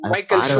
Michael